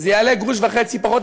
זה יעלה גרוש וחצי פחות,